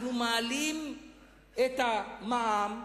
אנחנו מעלים את המע"מ,